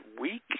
week